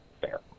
fair